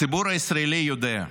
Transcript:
הציבור הישראלי יודע: